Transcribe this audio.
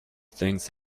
things